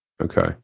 Okay